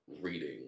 reading